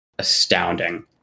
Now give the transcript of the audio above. astounding